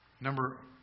Number